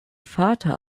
vater